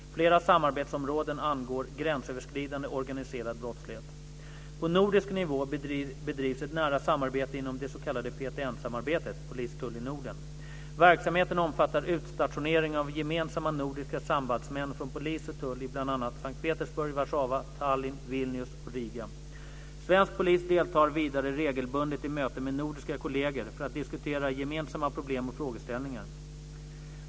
Flera samarbetsområden angår gränsöverskridande organiserad brottslighet. På nordisk nivå bedrivs ett nära samarbete inom det s.k. PTN-samarbetet . Verksamheten omfattar utstationering av gemensamma nordiska sambandsmän från polis och tull i bl.a. S:t Svensk polis deltar vidare regelbundet i möten med nordiska kolleger för att diskutera gemensamma problem och frågeställningar.